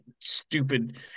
stupid